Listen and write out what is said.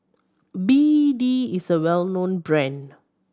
B D is a well known brand